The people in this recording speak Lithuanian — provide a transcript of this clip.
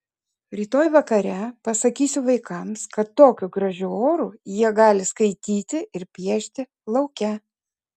rytoj vakare pasakysiu vaikams kad tokiu gražiu oru jie gali skaityti ir piešti lauke